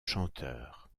chanteurs